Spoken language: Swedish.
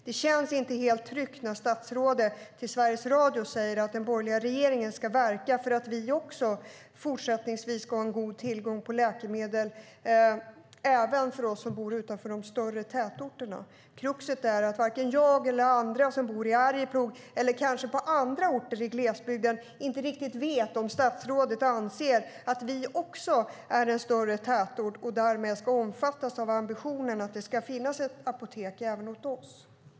Det känns inte helt tryggt när statsrådet till Sveriges Radio säger att den borgerliga regeringen ska verka för att vi även fortsättningsvis ska ha god tillgång till läkemedel och att det också ska gälla dem som bor utanför de större tätorterna. Kruxet är att varken jag eller andra som bor i Arjeplog, eller på andra orter i glesbygden, riktigt vet om statsrådet anser att det är en större tätort och därmed omfattas av ambitionen att det ska finnas ett apotek även för oss.